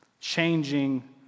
changing